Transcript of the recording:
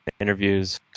interviews